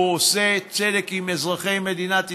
הוא עושה צדק עם אזרחי מדינת ישראל.